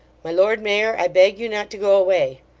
my lord mayor, i beg you not to go away.